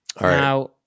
Now